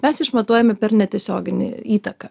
mes išmatuojame per netiesioginę įtaką